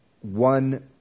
one